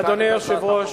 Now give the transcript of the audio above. אדוני היושב-ראש,